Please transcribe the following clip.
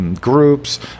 groups